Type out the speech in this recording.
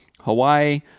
hawaii